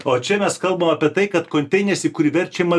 o čia mes kalbam apie tai kad konteineris į kurį verčiama